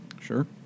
Sure